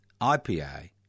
IPA